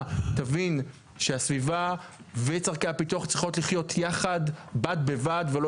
אני אדבר פחות בעצבים, אלא